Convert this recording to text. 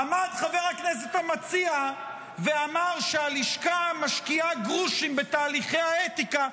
עמד חבר הכנסת המציע ואמר שהלשכה משקיעה גרושים בתהליכי האתיקה.